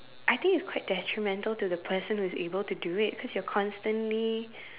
I think it's quite detrimental to the person who is able to do it because you're constantly